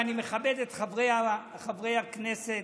ואני מכבד את חברי הכנסת,